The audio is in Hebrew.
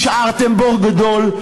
השארתם בור גדול.